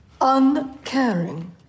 Uncaring